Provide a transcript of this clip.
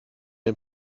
den